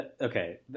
Okay